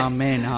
Amen